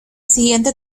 siguiente